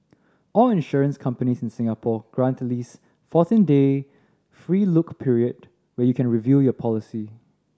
all insurance companies in Singapore grant at least fourteen day free look period where you can review your policy